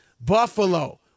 Buffalo